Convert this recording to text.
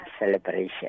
celebration